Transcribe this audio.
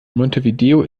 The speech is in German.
montevideo